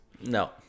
No